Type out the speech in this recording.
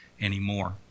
anymore